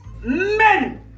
men